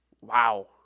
wow